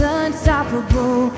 unstoppable